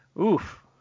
Oof